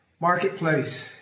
Marketplace